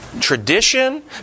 Tradition